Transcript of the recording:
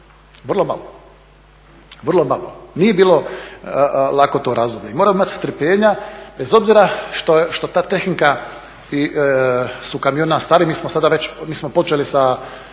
vrlo malo, nije bilo lako to razdoblje. I moramo imati strpljenja bez obzira što ta tehnika su kamiona stari, mi smo sada već, mi smo